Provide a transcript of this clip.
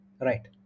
Right